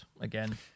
again